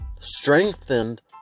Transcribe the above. strengthened